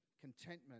contentment